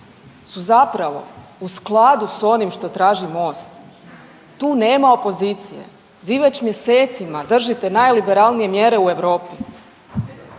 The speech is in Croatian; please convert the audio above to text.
su zapravo u skladu s onim što traži MOST. Tu nema opozicije, vi već mjesecima držite najliberalnije mjere u Europi.